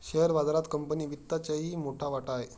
share बाजारात company वित्तचाही मोठा वाटा आहे